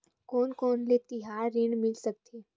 कोन कोन ले तिहार ऋण मिल सकथे?